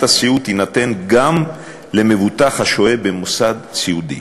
הסיעוד תינתן גם למבוטח השוהה במוסד סיעודי,